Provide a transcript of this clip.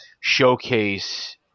showcase